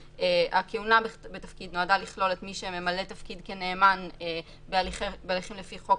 הכהונה בתפקיד נועדה לכלול את מי שממלא תפקיד כנאמן בהליכים לפי חוק